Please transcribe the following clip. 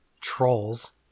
trolls